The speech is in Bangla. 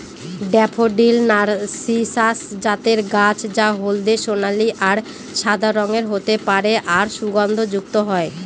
ড্যাফোডিল নার্সিসাস জাতের গাছ যা হলদে সোনালী আর সাদা রঙের হতে পারে আর সুগন্ধযুক্ত হয়